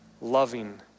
loving